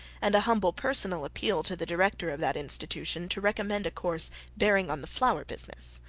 and a humble personal appeal to the director of that institution to recommend a course bearing on the flower business.